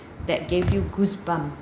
that gave you goosebumps